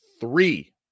three